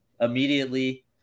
immediately